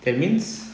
that means